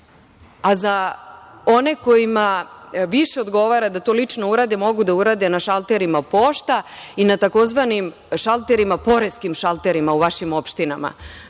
a za one kojima više odgovara da to lično urade mogu da urade na šalterima pošta i na tzv. šalterima, poreskim šalterima u vašim opštinama,